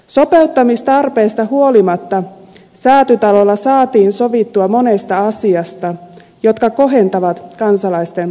sopeuttamistarpeista huolimatta säätytalolla saatiin sovittua monesta asiasta joka kohentaa kansalaisten arkielämää